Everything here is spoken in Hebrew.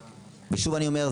ושוב אני אומר,